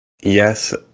yes